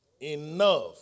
Enough